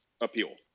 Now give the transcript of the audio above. appeal